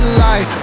life